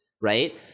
right